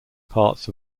parts